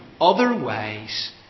Otherwise